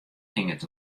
hinget